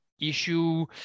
Issue